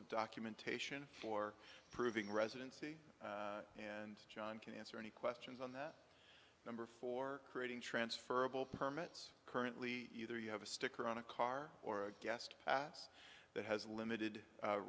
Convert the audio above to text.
of documentation for proving residency and john can answer any questions on that number for creating transferable permits currently either you have a sticker on a car or a guest pass that has limited